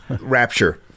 rapture